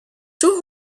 two